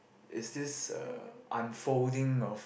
is this uh unfolding of